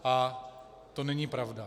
A to není pravda.